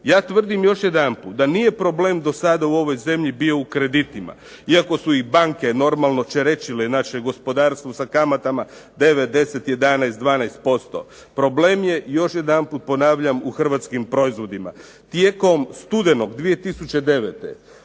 Ja tvrdim još jedanput da nije problem dosada u ovoj zemlji bio u kreditima iako su banke normalno ćerećile naše gospodarstvo sa kamatama 9, 10, 11, 12%. Problem je, još jedanput ponavljam, u hrvatskim proizvodima. Tijekom studenog 2009.